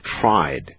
tried